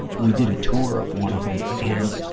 we did a tour of one of em. and,